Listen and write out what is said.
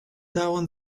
down